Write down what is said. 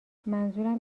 منظورم